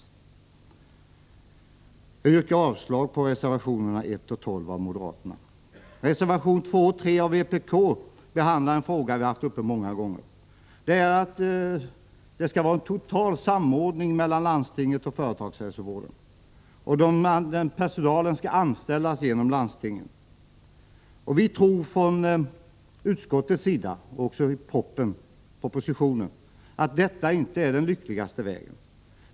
Jag yrkar avslag på reservationerna 1 och 12 av moderaterna. Reservationerna 2 och 3 av vpk behandlar en fråga som vi har haft uppe många gånger. Det gäller att det skall vara en total samordning mellan landstinget och förtagshälsovården och att personalen skall anställas genom landstingen. Vi i utskottet anser, i likhet med vad som framhålls i propositionen, att detta inte är den lyckligaste vägen.